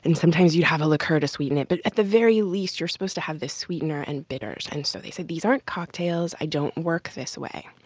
and sometimes you have a liqueur to sweeten it. but at the very least you're supposed to have this sweetener and bitters and so they said, these aren't cocktails. i don't work this way.